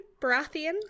Baratheon